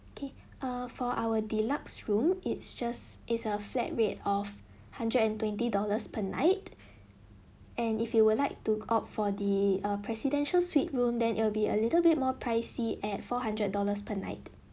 okay err for our deluxe room it's just it's a flat rate of hundred and twenty dollars per night and if you would like to opt for the err presidential suite room then it will be a little bit more pricey at four hundred dollars per night